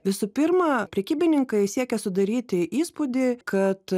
visų pirma prekybininkai siekia sudaryti įspūdį kad